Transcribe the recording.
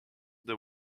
the